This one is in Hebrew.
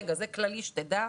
זה באופן כללי שתדע,